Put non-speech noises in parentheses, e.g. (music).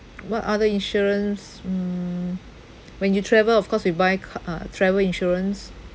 (noise) what other insurance mm when you travel of course we buy ca~ uh travel insurance